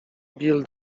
bill